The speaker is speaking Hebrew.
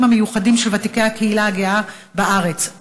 המיוחדים של ותיקי הקהילה הגאה בארץ,